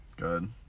good